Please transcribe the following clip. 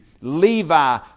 Levi